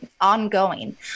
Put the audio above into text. ongoing